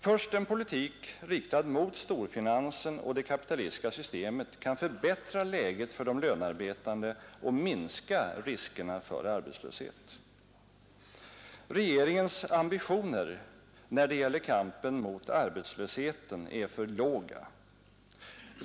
Först en politik riktad mot storfinansen och det kapitalistiska systemet kan förbättra läget för de lönearbetande och minska riskerna för arbetslöshet. Regeringens ambitioner när det gäller kampen mot arbetslösheten är för låga.